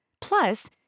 Plus